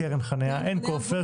אין כופר,